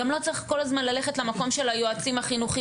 גם לא צריך כל הזמן ללכת למקום של היועצים החינוכיים.